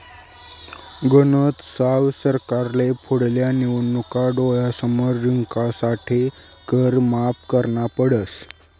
गनज साव सरकारले पुढल्या निवडणूका डोळ्यासमोर जिंकासाठे कर माफ करना पडस